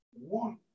One